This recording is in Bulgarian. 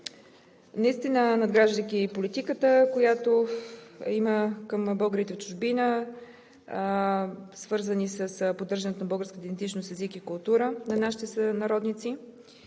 Наистина, надграждайки политиката, която има към българите в чужбина, свързана с поддържането на българската идентичност, език и култура на нашите сънародници,